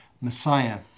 Messiah